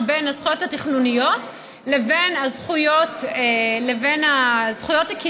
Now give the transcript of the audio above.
בין הזכויות התכנוניות לבין הזכויות הקנייניות,